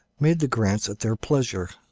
made the grants at their pleasure.